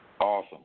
Awesome